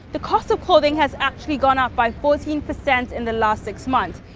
the cost of clothing has actually gone up by fourteen percent in the last six months.